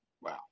Wow